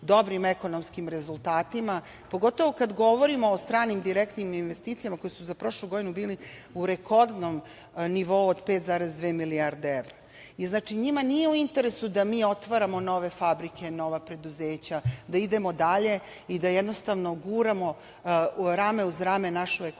dobrim ekonomskim rezultatima, pogotovo kad govorimo o stranim direktnim investicijama, koje su za prošlu godinu bile u rekordnom nivou od 5,2 milijarde evra? Znači, njima nije u interesu da mi otvaramo nove fabrike, nova preduzeća, da idemo dalje i da guramo rame uz rame našu ekonomiju